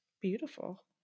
beautiful